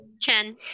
Chen